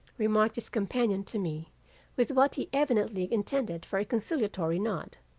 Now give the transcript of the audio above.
remarked his companion to me with what he evidently intended for a conciliatory nod.